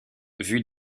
vue